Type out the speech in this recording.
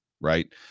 right